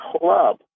Club